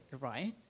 right